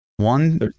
One